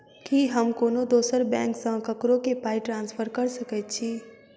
की हम कोनो दोसर बैंक सँ ककरो केँ पाई ट्रांसफर कर सकइत छि?